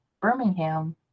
Birmingham